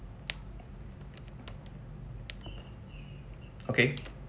okay